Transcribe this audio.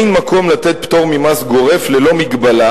אין מקום לתת פטור גורף ממס ללא מגבלה